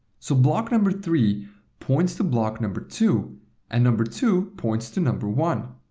so block number three points to block number two and number two points to number one.